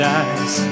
eyes